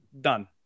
Done